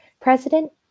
president